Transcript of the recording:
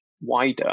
wider